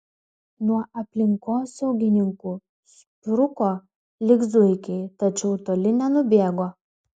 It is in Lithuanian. nuo aplinkosaugininkų spruko lyg zuikiai tačiau toli nenubėgo